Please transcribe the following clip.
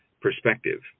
perspective